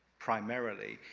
primarily,